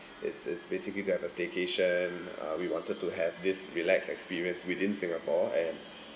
it's it's basically to have a staycation uh we wanted to have this relax experience within singapore and